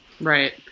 right